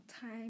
time